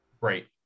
Right